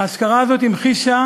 האזכרה הזאת המחישה